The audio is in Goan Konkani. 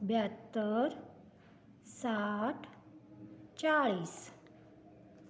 ब्यात्तर साठ चाळीस